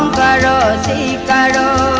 da da da da